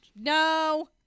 no